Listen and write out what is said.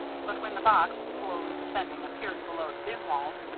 but when the box, slowly descending, appeared below the bin walls,